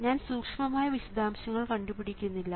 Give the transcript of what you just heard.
ഞാൻ സൂക്ഷ്മമായ വിശദാംശങ്ങൾ കണ്ടുപിടിക്കുന്നില്ല